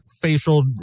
facial